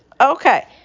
Okay